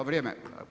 Vrijeme.